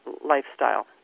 lifestyle